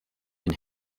and